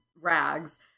rags